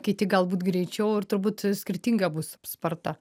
kiti galbūt greičiau ir turbūt skirtinga bus sparta